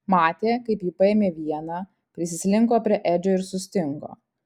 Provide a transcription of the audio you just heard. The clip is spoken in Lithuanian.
matė kaip ji paėmė vieną prisislinko prie edžio ir sustingo